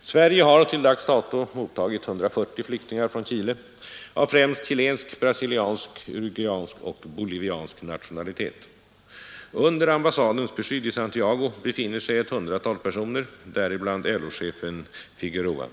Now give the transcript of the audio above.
Sverige har till dags dato mottagit 140 flyktingar från Chile, av främst chilensk, brasiliansk, uruguaysk och boliviansk nationalitet. Under ambassadens beskydd i Santiago befinner sig ett 100-tal personer, däribland LO-chefen Figueroa.